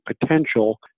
potential